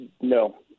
no